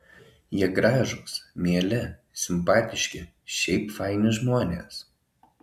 jie gražūs mieli simpatiški šiaip faini žmonės